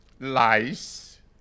Lice